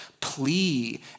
plea